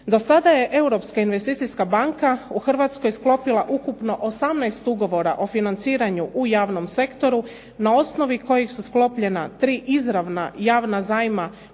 Do sada je Europska investicijska banka u Hrvatskoj sklopila ukupno 18 ugovora o financiranju u javnom sektoru na osnovi kojih su sklopljena tri izravna javna zajma